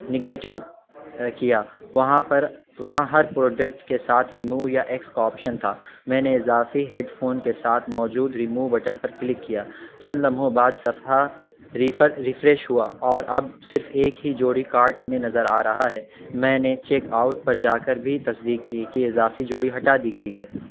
negative کیا وہاں پر وہاں ہر پروڈکٹ کے ساتھ ریمو یا ایکس کا آپشن تھا میں نے اضافی ہیڈ فون کے ساتھ موجود ریمو بٹن پر کلک کیا چند لمحوں بعد صفحہ ریفر ریفریش ہوا اور اب صرف ایک ہی جوڑی کارٹ میں نظر آ رہا ہے میں نے چیک آؤٹ پر جا کر بھی تصدیق کی کہ اضافی جوڑی ہٹا دی گئی ہے